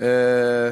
אבל